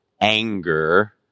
anger